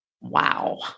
wow